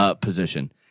position